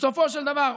בסופו של דבר,